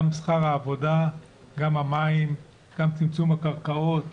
גם שכר העבודה, גם המים, גם צמצום הקרקעות